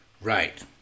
right